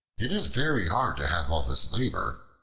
it is very hard to have all this labor,